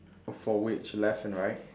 for which left and right